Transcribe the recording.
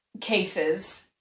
cases